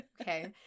okay